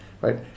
right